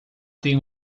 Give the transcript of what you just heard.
tenha